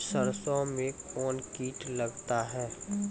सरसों मे कौन कीट लगता हैं?